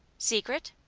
secret?